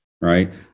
right